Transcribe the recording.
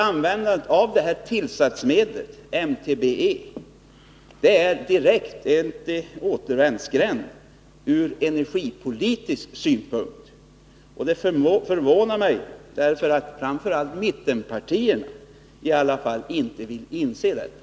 Användandet av tillsatsmedlet MTBE innebär direkt att man kommer in i en återvändsgränd ur energipolitisk synpunkt. Det förvånar mig att framför allt mittenpartierna inte vill inse detta.